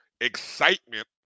excitement